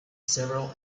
several